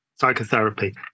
psychotherapy